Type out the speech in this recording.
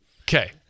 Okay